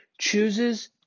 chooses